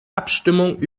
abstimmung